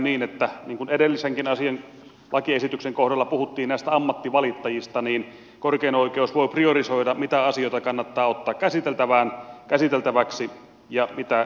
niin kuin edellisenkin lakiesityksen kohdalla puhuttiin näistä ammattivalittajista korkein oikeus voi priorisoida mitä asioita kannattaa ottaa käsiteltäväksi ja mitä kannattaa jättää pois